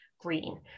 Green